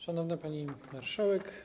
Szanowna Pani Marszałek!